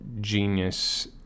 genius